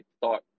thought